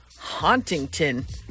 Hauntington